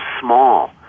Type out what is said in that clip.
small